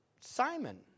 Simon